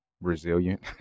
resilient